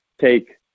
take